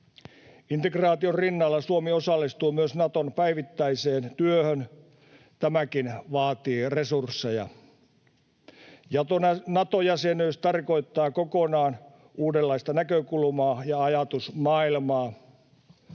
Integraation rinnalla Suomi osallistuu myös Naton päivittäiseen työhön. Tämäkin vaatii resursseja. Nato-jäsenyys tarkoittaa kokonaan uudenlaista näkökulmaa ja ajatusmaailmaa.